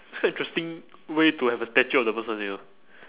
it's quite interesting way to have a statue of that person you know